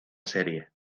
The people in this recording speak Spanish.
serie